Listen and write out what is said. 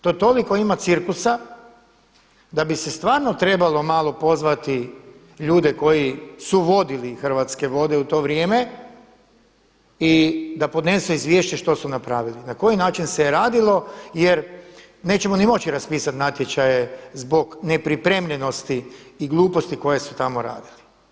To toliko ima cirkusa da bi se stvarno trebalo malo pozvati ljude koji su vodili Hrvatske vode u to vrijeme i da podnese izvješće što su napravili, na koji način se je radilo jer nećemo ni moći raspisati natječaje zbog nepripremljenosti i gluposti koje su tamo radili.